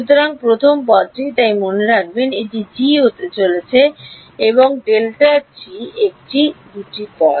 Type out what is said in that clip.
সুতরাং প্রথম পদটি তাই মনে রাখবেন এটি g হতে চলেছে এবং ∇g এগুলি 2 টি পদ